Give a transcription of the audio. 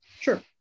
Sure